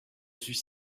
suis